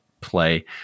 play